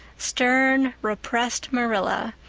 stern, repressed marilla,